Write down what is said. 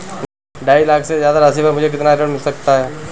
ढाई लाख से ज्यादा राशि पर मुझे कितना ऋण मिल सकता है?